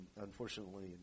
Unfortunately